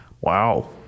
Wow